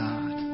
God